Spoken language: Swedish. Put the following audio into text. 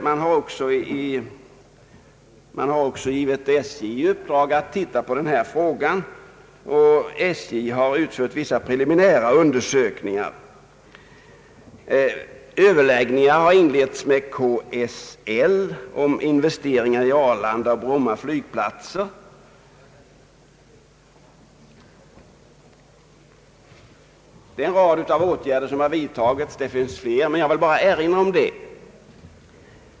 Man har också givit SJ i uppdrag att titta på den här frågan, och SJ har utfört vissa preliminära undersökningar. Överläggningar har inletts med KSL om investeringar i Arlanda och Bromma flygplatser. Det är alltså en rad åtgärder som har vidtagits. Det finns fler men jag vill bara erinra om dessa.